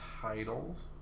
titles